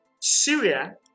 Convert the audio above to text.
Syria